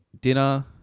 dinner